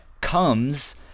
comes